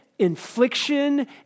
infliction